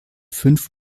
fünf